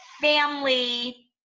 family